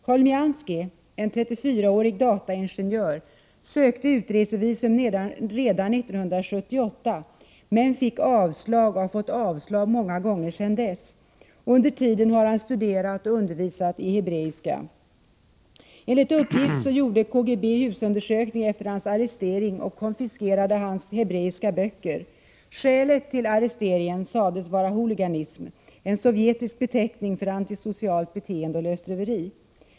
Cholmianskij, en 34-årig dataingenjör, sökte utresevisum redan 1978 men fick avslag och har fått avslag många gånger sedan dess. Under tiden har han studerat och undervisat i hebreiska. Enligt uppgift gjorde KGB en husundersökning efter hans arrestering och konfiskerade hans hebreiska böcker. Skälet till arresteringen sades vara ”huliganism”, en sovjetisk beteckning för antisocialt beteende och lösdriveri.